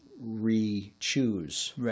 re-choose